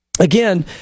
Again